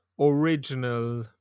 Original